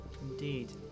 Indeed